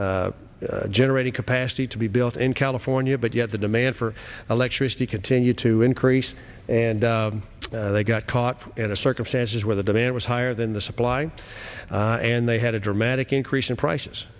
d generating capacity to be built in california but yet the demand for electricity continue to increase and they got caught in a circumstance where the demand was higher than the supply and they had a dramatic increase in price